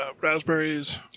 raspberries